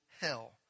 hell